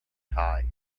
tide